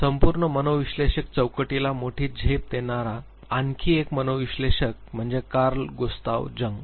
संपूर्ण मनोविश्लेषक चौकटीला मोठी झेप देणारा आणखी एक मनोविश्लेषक म्हणजे कार्ल गुस्ताव जंग